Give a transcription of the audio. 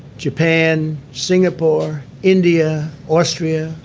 japan, singapore, india, austria,